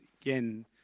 again